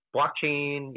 Blockchain